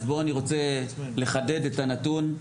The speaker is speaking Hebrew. אז אני רוצה לחדד את הנתון.